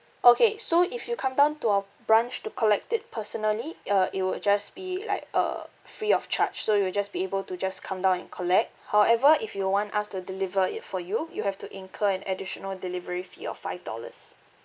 okay so if you come down to our branch to collect it personally uh it would just be like uh free of charge so you would just be able to just come down and collect however if you want us to deliver it for you you have to incur an additional delivery fee of five dollars